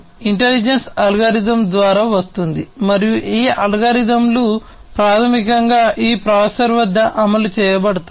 intelligence అల్గోరిథంల ద్వారా వస్తుంది మరియు ఈ అల్గోరిథంలు ప్రాథమికంగా ఈ ప్రాసెసర్ వద్ద అమలు చేయబడతాయి